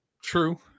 True